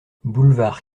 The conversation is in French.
boulevard